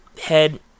head